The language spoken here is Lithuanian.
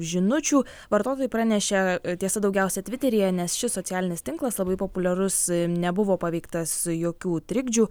žinučių vartotojai pranešė tiesa daugiausiai tviteryje nes šis socialinis tinklas labai populiarus nebuvo paveiktas jokių trikdžių